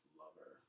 lover